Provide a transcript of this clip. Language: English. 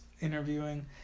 interviewing